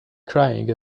crying